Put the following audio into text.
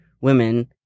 women